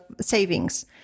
savings